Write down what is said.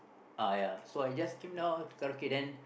uh ya so I just came down to Karaoke then